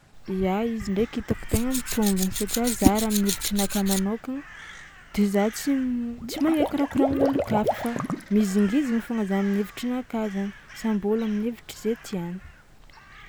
Ia izy ndraiky hitako tegna mitombogno satria za raha amin'ny hevitrinakahy manôkagna de za tsy m- tsy magnaiky raha koragnin'ôlon-kafa fô mihizingiziny foagna zao amin'ny hevitrinakahy zany, samby ôlo amin'ny hevitry zay tiàny.